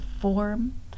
form